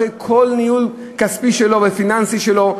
אחרי כל ניהול כספי שלו ופיננסי שלו,